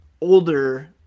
older